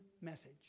message